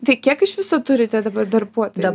tai kiek iš viso turite dabar darbuotojų